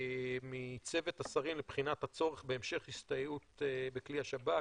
מצוות השרים לבחינת הצורך בהמשך הסתייעות בכלי השב"כ,